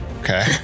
Okay